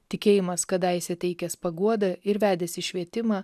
tikėjimas kadaise teikęs paguodą ir vedęs į švietimą